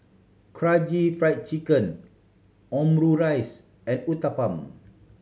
Karaage Fried Chicken Omurice and Uthapam